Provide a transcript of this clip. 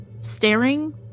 staring